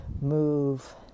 move